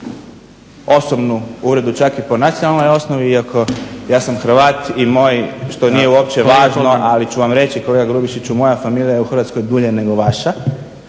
osobnu uvredu, čak i po nacionalnoj osnovi iako ja sam Hrvat i moj, što nije uopće važno, ali ću vam reći, kolega Grubišiću moja familija je u Hrvatskoj dulje nego vaša,